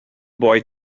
boy